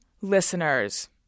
listeners